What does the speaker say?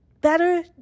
better